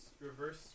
reverse